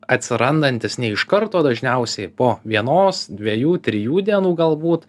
atsirandantis ne iš karto dažniausiai po vienos dviejų trijų dienų galbūt